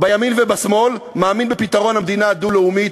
בימין ובשמאל מאמינים בפתרון המדינה הדו-לאומית,